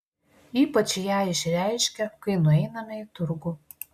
ypač ją išreiškia kai nueiname į turgų